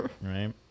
right